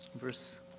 verse